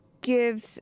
gives